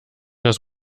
das